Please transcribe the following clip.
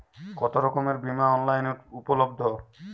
কতোরকমের বিমা অনলাইনে উপলব্ধ?